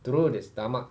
through the stomach